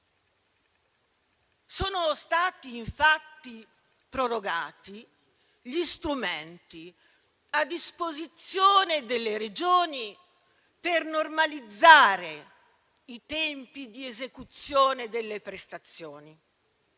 Sono stati infatti prorogati gli strumenti a disposizione delle Regioni per normalizzare i tempi di esecuzione delle prestazioni,